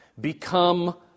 Become